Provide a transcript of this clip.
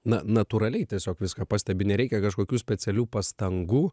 na natūraliai tiesiog viską pastebi nereikia kažkokių specialių pastangų